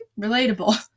Relatable